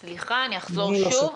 סליחה, אני אחזור שוב.